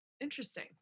Interesting